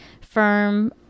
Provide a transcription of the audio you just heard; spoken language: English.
firm